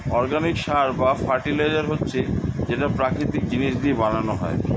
organic সার বা fertiliser হচ্ছে যেটা প্রাকৃতিক জিনিস দিয়ে বানানো হয়